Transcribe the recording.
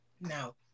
no